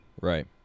Right